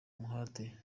umuhate